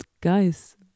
guys